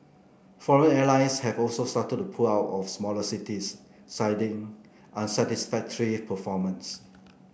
foreign airlines have also started to pull out of smaller cities citing unsatisfactory performance